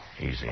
Easy